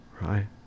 right